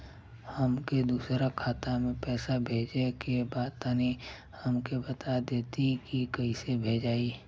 हमके दूसरा खाता में पैसा भेजे के बा तनि हमके बता देती की कइसे भेजाई?